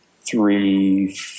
three